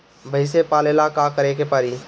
भइसी पालेला का करे के पारी?